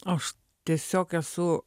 aš tiesiog esu